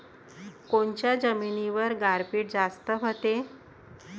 कोनच्या जमिनीवर गारपीट जास्त व्हते?